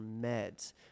meds